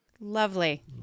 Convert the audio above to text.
Lovely